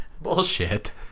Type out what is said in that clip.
Bullshit